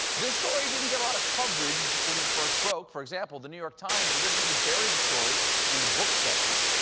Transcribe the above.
this story didn't get a lot of coverage when it first broke. for example, the new york times, originally buried the story in the books section.